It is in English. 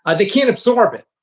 and they can't absorb it.